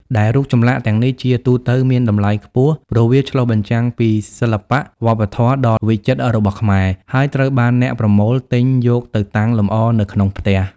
ដែលរូបចម្លាក់ទាំងនេះជាទូទៅមានតម្លៃខ្ពស់ ព្រោះវាឆ្លុះបញ្ចាំងពីសិល្បៈវប្បធម៌ដ៏វិចិត្ររបស់ខ្មែរ ហើយត្រូវបានអ្នកប្រមូលទិញយកទៅតាំងលម្អនៅក្នុងផ្ទះ។